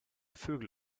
vögel